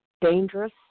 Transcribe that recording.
dangerous